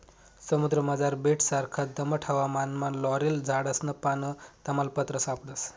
समुद्रमझार बेटससारखा दमट हवामानमा लॉरेल झाडसनं पान, तमालपत्र सापडस